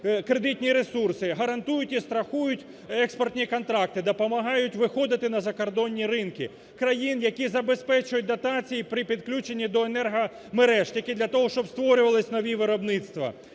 кредитні ресурси, гарантують і страхують експортні контракти, допомагають виходити на закордонні ринки, країн, які забезпечують дотації при підключенні до енергомереж тільки для того, щоб створювались нові виробництва,